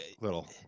little